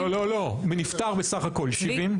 לא, לא, מנפטר בסך הכול, 70?